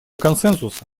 консенсуса